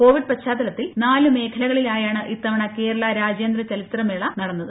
Covid പശ്ചാത്തലത്തിൽ നാലുമ്ഖ്ഖലകളിലായാണ് ഇത്തവണ കേരള രാജ്യാന്തര ചലച്ചിത്ര മേള നടന്നത്